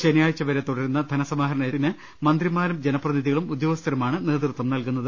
ശനിയാഴ്ച വരെ തുടരുന്ന ധനസമാഹരണത്തിന് മന്ത്രി മാരും ജനപ്രതിനിധികളും ഉദ്യോഗസ്ഥരുമാണ് നേതൃത്വം നൽകുന്നത്